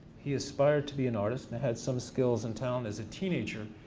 he aspired to be an artist and had some skills and talent as a teenager.